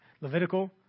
Levitical